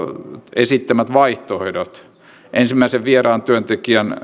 esittämät vaihtoehdot ensimmäisen vieraan työntekijän